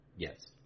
Yes